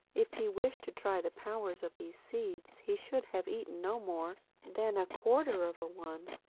if he wished to try the powers of these seeds he should have eaten no more than a quarter of a one.